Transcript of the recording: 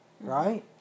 right